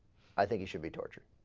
i think he should be torture